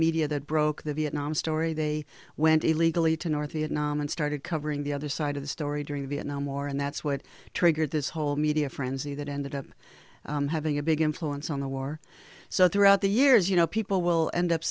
media that broke the vietnam story they went illegally to north vietnam and started covering the other side of the story during the vietnam war and that's what triggered this whole media frenzy that ended up having a big influence on the war so throughout the years you know people will end up